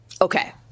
Okay